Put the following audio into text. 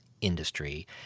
industry